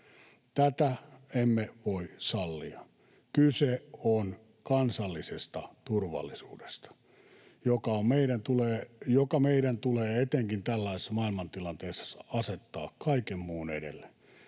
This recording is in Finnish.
Tätä emme voi sallia. Kyse on kansallisesta turvallisuudesta, joka meidän tulee etenkin tällaisessa maailmantilanteessa asettaa kaiken muun edelle.